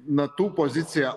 natų pozicija